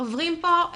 עוברים פה,